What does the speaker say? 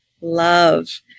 love